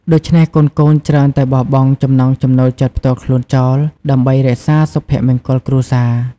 ដូច្នេះកូនៗច្រើនតែបោះបង់ចំណង់ចំណូលចិត្តផ្ទាល់ខ្លួនចោល ដើម្បីរក្សាសុភមង្គលគ្រួសារ។